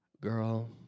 Girl